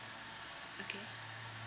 okay